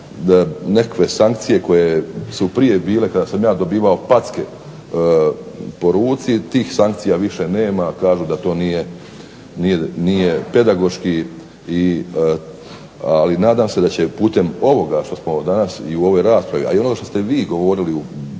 ali nekakve sankcije koje su prije bile kada sam ja dobivao packe po ruci, tih sankcija više nema, kažu da to nije pedagoški ali nadam se da će putem ovoga, što smo danas u ovoj raspravi ali i ono što ste vi govorili u